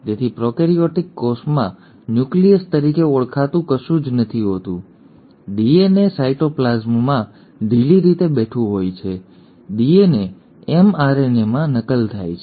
તેથી પ્રોકેરિયોટિક કોષમાં ન્યુક્લિયસ તરીકે ઓળખાતું કશું જ હોતું નથી ડીએનએ સાઇટોપ્લાસમમાં ઢીલી રીતે બેઠેલું હોય છે ડીએનએ એમઆરએનએમાં નકલ થાય છે